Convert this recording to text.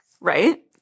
right